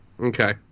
Okay